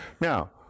Now